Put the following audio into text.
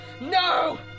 No